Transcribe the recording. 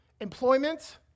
employment